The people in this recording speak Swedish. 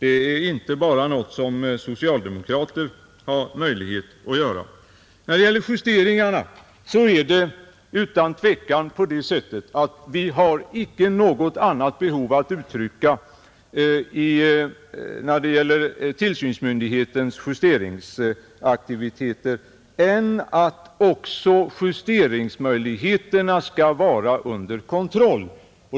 Det är inte bara något som socialdemokrater har möjlighet att göra, Beträffande justeringarna är det utan tvekan på det sättet att vi icke har något annat behov att uttrycka när det gäller tillsynsmyndighetens justeringsaktiviteter än att också justeringsmöjligheterna skall vara under kontroll.